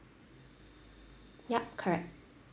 yup correct